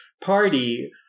party